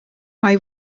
mae